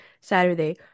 saturday